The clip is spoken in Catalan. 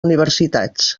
universitats